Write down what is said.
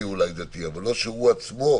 זוהי דרכה של מדינה.